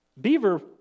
Beaver